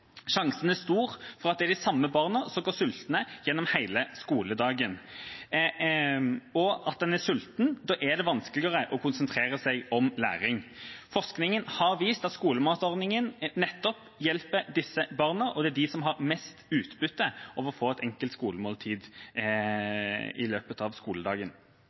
Sjansen er stor for at det er de samme barna som går sultne gjennom hele skoledagen, og når en er sulten, er det vanskeligere å konsentrere seg om læring. Forskningen har vist at skolematordningen hjelper nettopp disse barna, og at det er de som har mest utbytte av å få et enkelt skolemåltid i løpet av skoledagen.